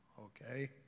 okay